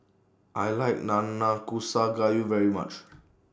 I like Nanakusa Gayu very much